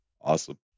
Awesome